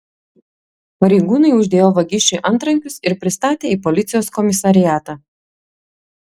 pareigūnai uždėjo vagišiui antrankius ir pristatė į policijos komisariatą